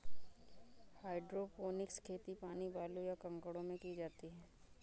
hydroponics खेती पानी, बालू, या कंकड़ों में की जाती है